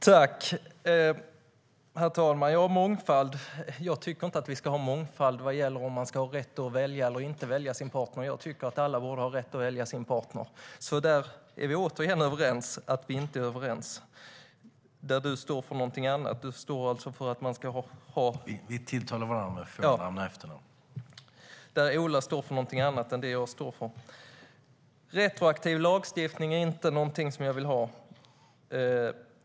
Herr talman! Mångfald, ja. Jag tycker inte att vi ska ha mångfald vad gäller om man ska ha rätt att välja sin partner eller inte. Jag tycker att alla borde ha rätt att välja sin partner, så där är vi återigen överens om att vi inte är överens. Du står för någonting annat. Du står för att man ska ha . Ola står för någonting annat än det jag står för. Retroaktiv lagstiftning är inte någonting som jag vill ha.